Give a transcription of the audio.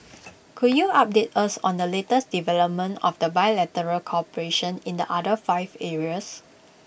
can you update us on the latest development of the bilateral cooperation in the other five areas